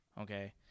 Okay